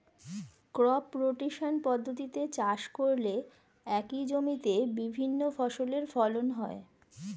crop rotation পদ্ধতিতে চাষ করলে একই জমিতে বিভিন্ন ফসলের ফলন হয়